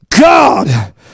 God